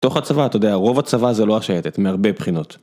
תוך הצבא, אתה יודע, רוב הצבא זה לא השייטת, מהרבה בחינות.